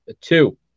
two